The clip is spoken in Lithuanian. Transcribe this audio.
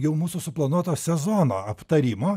jau mūsų suplanuoto sezono aptarimo